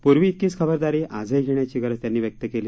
पूर्वीइतकीच खबरदारी आजही घेण्याची गरज त्यांनी व्यक्त केली